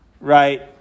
right